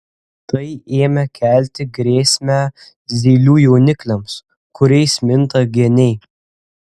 tai ėmė kelti grėsmę zylių jaunikliams kuriais minta geniai